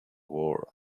war